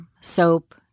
soap